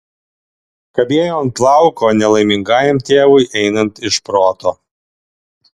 kabėjo ant plauko nelaimingajam tėvui einant iš proto